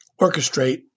orchestrate